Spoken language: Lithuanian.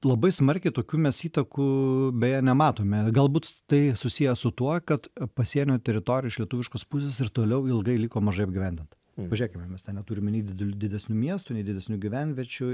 labai smarkiai tokių mes įtakų beje nematome galbūt tai susiję su tuo kad pasienio teritorija iš lietuviškos pusės ir toliau ilgai liko mažai apgyvendinta pažiūrėkime mes ten neturime nei didel didesnių miestų nei didesnių gyvenviečių